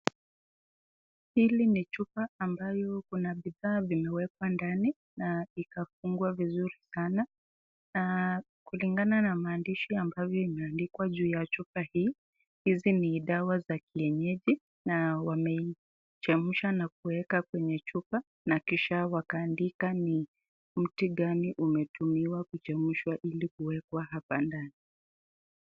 Hii ni chupa ambayo kuna bidhaa imewekwa ndani na ikafungwa vizuri sana na kulingana na maandishi yaliyoandikwa katika chupa hii, hizi ni dawa ya kienyeji na wamechemsha na kuweka kwenye chupa na kisha wakaandika ni mti gani umetumiwa kuchemshwa na kuwekwa hapa.